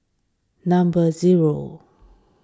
number zero